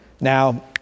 now